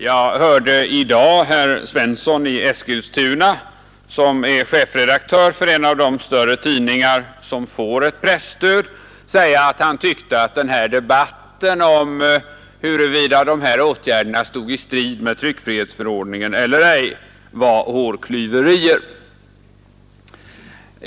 Jag hörde i dag herr Svensson i Eskilstuna, som är chefredaktör för en av de större tidningar som får ett presstöd, säga att han tyckte att debatten om huruvida åtgärderna stod i strid med tryckfrihetsförordningen eller ej var hårklyverier.